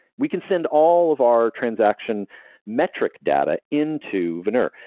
we can send all of our transaction metric data into veneur.